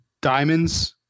diamonds